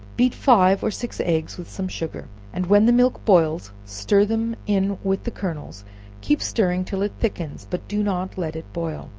beat five or six eggs, with some sugar, and when the milk boils stir them in with the kernels keep stirring till it thickens, but do not let it boil,